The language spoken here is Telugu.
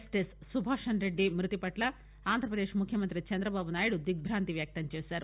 జస్టిస్ సుభాషణ్ రెడ్డి మృతి పట్ల ఆంధ్రప్రదేశ్ ముఖ్యమంత్రి చంద్రబాబునాయుడు దిగ్భాంతి వ్యక్తంచేశారు